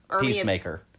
Peacemaker